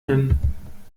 hin